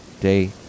Day